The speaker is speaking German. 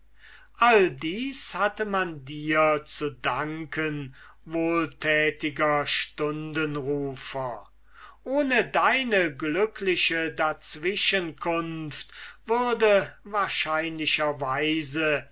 alles dies hatte man dir zu danken wohltätiger stundenrufer ohne deine glückliche dazwischenkunft würde wahrscheinlicher